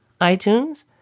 iTunes